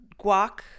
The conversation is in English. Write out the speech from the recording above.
guac